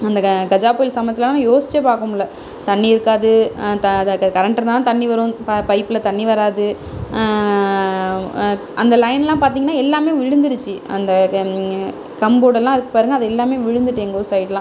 அந்த க கஜா புயல் சமயத்திலலாம் நான் யோசித்தே பார்க்க முடில தண்ணி இருக்காது த கரெண்ட் இருந்தால் தான் தண்ணி வரும் இப்போ பைப்பில் தண்ணி வராது அந்த லைன்லாம் பார்த்தீங்கன்னா எல்லாமே விழுந்துடிச்சி அந்த கம்போடல்லாம் இருக்குது பாருங்கள் அது எல்லாமே விழுந்துட்டு எங்கள் ஊர் சைடுலாம்